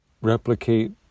replicate